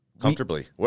Comfortably